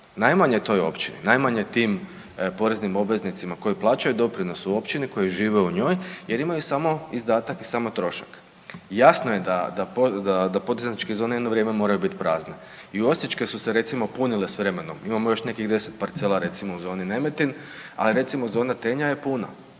Najmanje toj općini, najmanje tim poreznim obveznicima koji plaćaju doprinos u općini koji žive u njoj jer imaju samo izdatak i samo trošak. Jasno je da poduzetničke zone jedno vrijeme moraju biti prazne i osječke su se recimo punile s vremenom. Imamo još nekih deset parcela recimo u zoni Nemetin, ali recimo zona Tenja je puna,